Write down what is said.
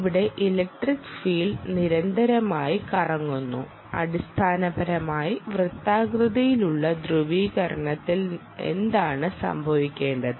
ഇവിടെ electric field നിരന്തരമായി കറങ്ങുന്നു അടിസ്ഥാനപരമായി വൃത്താകൃതിയിലുള്ള ധ്രുവീകരണത്തിൽ എന്താണ് സംഭവിക്കേണ്ടത്